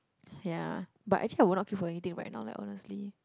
ya but actually I would not queue for anything right now like honestly